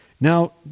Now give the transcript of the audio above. Now